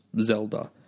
Zelda